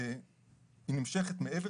נמשכת מעבר